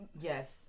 yes